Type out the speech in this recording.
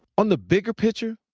on the bigger picture,